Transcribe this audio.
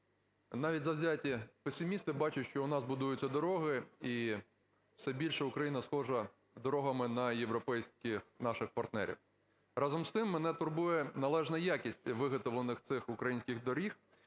Навіть завзяті песимісти бачать, що у нас будуються дороги і все більше Україна схожа дорогами на європейських наших партнерів. Разом з тим, мене турбує належна якісь виготовлених цих українських доріг.